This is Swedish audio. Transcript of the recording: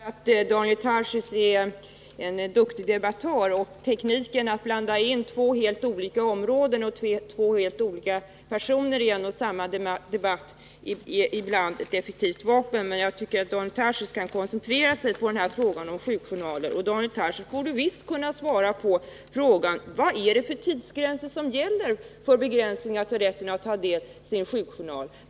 Fru talman! Jag vet att Daniel Tarschys är en duktig debattör. Tekniken att blanda in två helt olika områden och två olika personer i en och samma debatt är ibland ett effektivt vapen, men jag tycker att Daniel Tarschys kunde koncentrera sig på frågan om sjukjournaler. Daniel Tarschys borde visst kunna svara på frågan: Vad är det för tidsgränser som gäller för begränsning av rätten att ta del av sin sjukjournal?